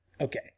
Okay